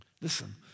Listen